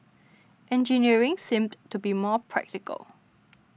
engineering seemed to be more practical